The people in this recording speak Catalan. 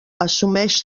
assumeix